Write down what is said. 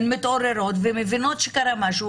הן מתעוררות ומבינות שקרה משהו,